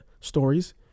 stories